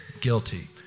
guilty